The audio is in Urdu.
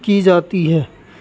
کی جاتی ہے